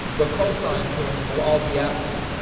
the cosine terms will all be absent.